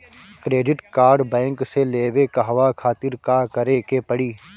Credit card bank से लेवे कहवा खातिर का करे के पड़ी?